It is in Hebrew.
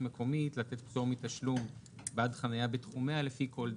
מקומית לתת פטור מתשלום בעד חנייה בתחומיה לפי כל דין,